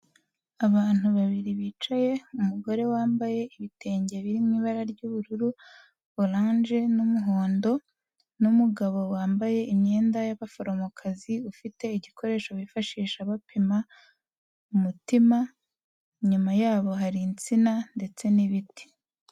Abantu babiri bicaye, umugore wambaye ibitenge biri mu ibara ry'ubururu orange n'umuhondo, n'umugabo wambaye imyenda y'abaforomokazi, ufite igikoresho bifashisha bapima umutima, inyuma yabo hari insina ndetse n'ibiti.